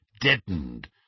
deadened